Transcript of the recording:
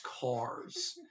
cars